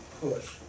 push